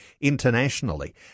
internationally